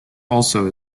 also